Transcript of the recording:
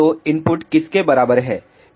तो इनपुट किसके बराबर है